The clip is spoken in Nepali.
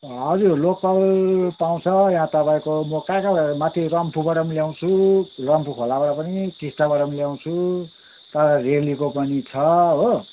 हजुर लोकल पाउँछ यहाँ तपाईँको म कहाँ कहाँबाट माथि रम्फूबाट पनि ल्याउँछु रम्फू खोलाबाट पनि टिस्टाबाट पनि ल्याउँछु तल रेलीको पनि छ हो